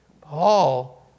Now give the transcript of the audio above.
Paul